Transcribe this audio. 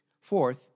Fourth